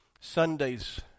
Sunday's